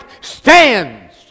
stands